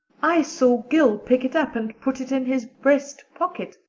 i saw gil pick it up and put it in his breast pocket.